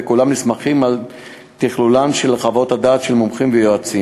וכולם נסמכים על תכלולן של חוות הדעת של מומחים ויועצים.